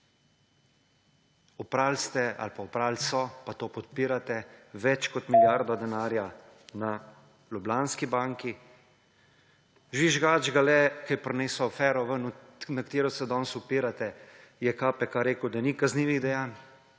Oprali ste ali pa oprali so, pa to podpirate, več kot milijardo denarja na Ljubljanski banki. Žvižgač Gale, ki je prinesel afero ven, na katero se danes opirate, je KPK rekel, da ni kaznivih dejanj,